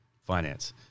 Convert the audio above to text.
finance